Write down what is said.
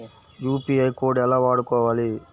UPI code ఎలా వాడుకోవాలి?